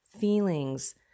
feelings